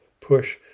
push